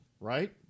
right